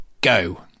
go